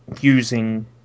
using